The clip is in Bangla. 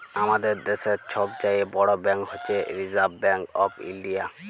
আমাদের দ্যাশের ছব চাঁয়ে বড় ব্যাংক হছে রিসার্ভ ব্যাংক অফ ইলডিয়া